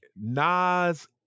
nas